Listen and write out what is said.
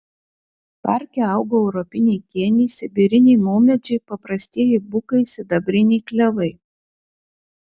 parke augo europiniai kėniai sibiriniai maumedžiai paprastieji bukai sidabriniai klevai